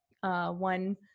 one